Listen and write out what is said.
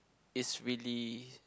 is really